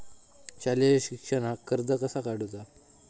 शालेय शिक्षणाक कर्ज कसा काढूचा?